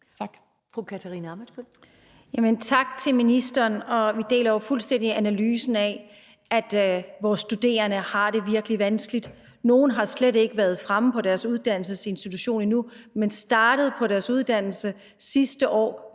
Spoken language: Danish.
Kl. 17:19 Katarina Ammitzbøll (KF): Tak til ministeren. Vi deler jo fuldstændig analysen af, at vores studerende har det virkelig vanskeligt. Nogle har slet ikke været fremme på deres uddannelsesinstitution endnu, men er startet virtuelt på deres uddannelse sidste år